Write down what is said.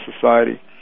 society